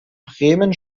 bremen